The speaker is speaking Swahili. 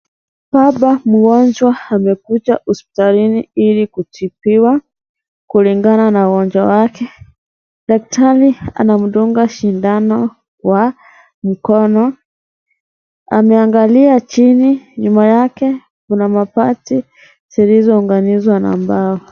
Baba mgonjwa amekuja hospitalini ili kutibiwa kulingana na ugonjwa wake, daktari anamdunga shindano wa mkono, ameangalia chini, nyuma yake kuna mabati zilizounganishwa na mbao.